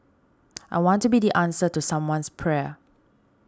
I want to be the answer to someone's prayer